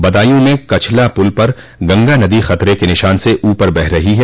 बदायूं में कछला पुल पर गंगा नदी खतरे के निशान से ऊपर बह रही हैं